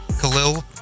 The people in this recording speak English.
Khalil